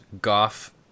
Goff